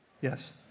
Yes